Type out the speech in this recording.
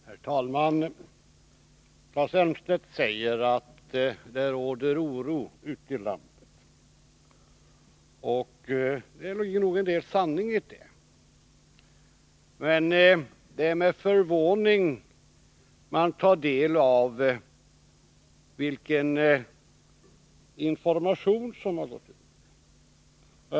Herr talman! Claes Elmstedt säger att det råder oro ute i landet. Det ligger nog en del sanning i det. Det är med förvåning man tar del av vilken information som har gått ut.